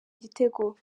igitego